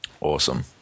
Awesome